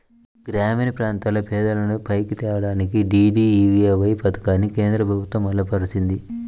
గ్రామీణప్రాంతాల్లో పేదలను పైకి తేడానికి డీడీయూఏవై పథకాన్ని కేంద్రప్రభుత్వం అమలుపరిచింది